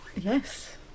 Yes